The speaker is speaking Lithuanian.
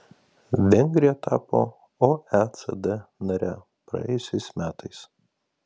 vengrija tapo oecd nare praėjusiais metais